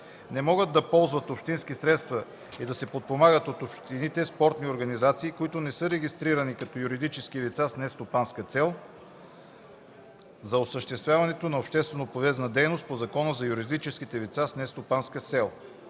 Не могат да ползват общински средства и да се подпомагат от общините спортни организации, които не са регистрирани като юридически лица с нестопанска цел за осъществяване на общественополезна дейност по Закона за юридическите лица с нестопанска цел.